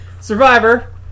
Survivor